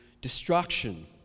destruction